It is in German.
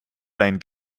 sein